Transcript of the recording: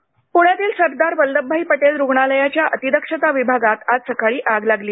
प्ण्यातील सरदार वल्लभभाई पटेल रुग्णालयाच्या अतिदक्षता विभागात आज सकाळी आग लागली